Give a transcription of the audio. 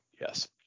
Yes